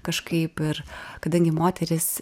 kažkaip ir kadangi moterys